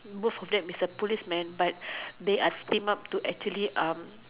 both of them is a policemen but they are team up to actually um